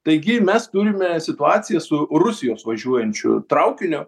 taigi mes turime situaciją su rusijos važiuojančiu traukiniu